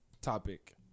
Topic